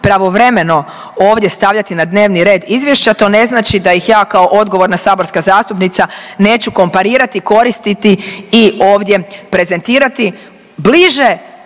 pravovremeno ovdje stavljati na dnevni red izvješća to ne znači da ih ja kao odgovorna saborska zastupnica neću komparirati, koristiti i ovdje prezentirati bliže